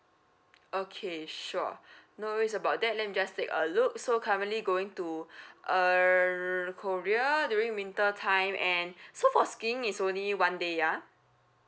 okay sure no worries about that let me just take a look so currently going to err korea during winter time and so for skiing is only one day ya